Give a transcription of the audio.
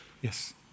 Yes